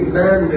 man